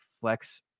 flex